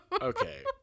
Okay